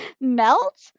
melt